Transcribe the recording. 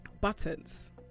Buttons